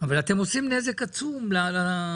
אבל אתם עושים נזק עצום לכלכלה.